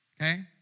Okay